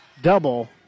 double